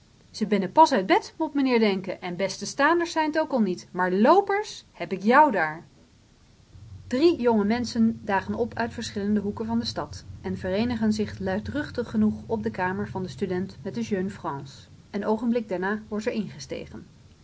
ze bennen pas uit bed mot menheer denken en beste staanders zijn t ook al niet maar loopers heb ik jou daar drie jonge menschen dagen op uit verschillende hoeken van de stad en vereenigen zich luidruchtig genoeg op de kamer van den student met de jeune france een oogenblik daarna wordt er ingestegen